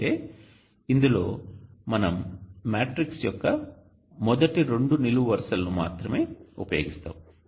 అయితే ఇందులో మనం మ్యాట్రిక్స్ యొక్క మొదటి రెండు నిలువు వరుసలను మాత్రమే ఉపయోగిస్తాము